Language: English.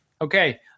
Okay